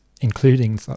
including